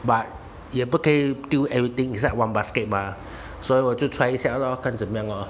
but 也不可以丢 everything inside one basket mah 所以我就 try 一下咯看怎样咯